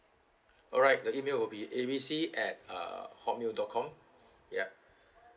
alright the email will be A B C at uh hotmail dot com ya